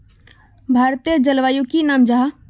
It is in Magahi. भारतेर जलवायुर की नाम जाहा?